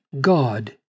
God